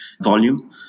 volume